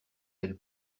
elles